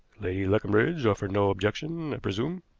lady leconbridge offered no objection, i presume?